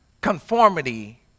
conformity